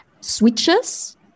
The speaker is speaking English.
switches